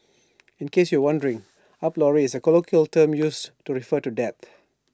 in case you were wondering up lorry is A colloquial term used to refer to death